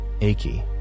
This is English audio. achy